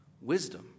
Wisdom